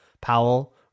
powell